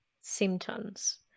symptoms